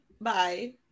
Bye